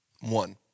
one